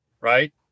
right